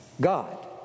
God